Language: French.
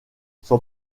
son